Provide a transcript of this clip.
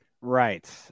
Right